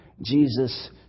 Jesus